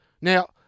Now